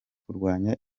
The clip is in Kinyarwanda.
kurwana